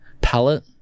palette